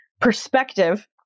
perspective